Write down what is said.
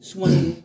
Swing